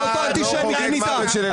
--- אף אחד לא חוגג מוות של ילדים.